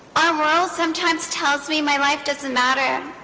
ah world sometimes tells me my life doesn't matter